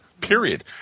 period